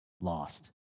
Lost